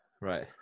right